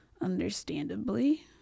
understandably